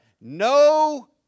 No